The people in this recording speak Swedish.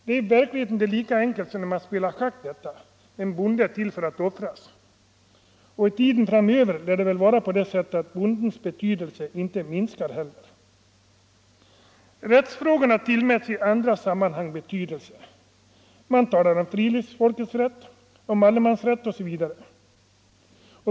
Det är i verkligheten inte lika enkelt som när man spelar schack — en bonde är till för att offras. Och i tiden framöver lär bondens betydelse inte minska heller. Rättsfrågorna tillmäts i andra sammanhang betydelse. Man talar om Nr 138 friluftsfolkets rätt, om allemansrätt osv.